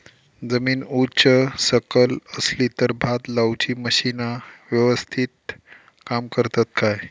जमीन उच सकल असली तर भात लाऊची मशीना यवस्तीत काम करतत काय?